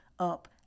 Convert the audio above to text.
up